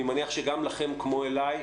שאני מניח שגם לכם כמו אליי,